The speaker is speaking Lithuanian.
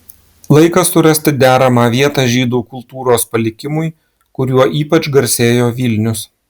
laikas surasti deramą vietą žydų kultūros palikimui kuriuo ypač garsėjo vilnius